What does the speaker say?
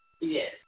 Yes